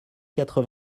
quatre